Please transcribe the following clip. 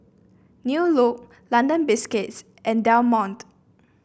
New Look London Biscuits and Del Monte